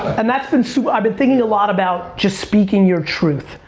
and that's been, so i've been thinking a lot about just speaking your truth.